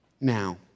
Now